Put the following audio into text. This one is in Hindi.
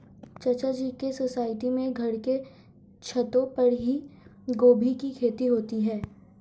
चाचा जी के सोसाइटी में घर के छतों पर ही गोभी की खेती होती है